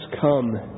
come